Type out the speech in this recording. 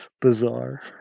bizarre